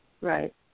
Right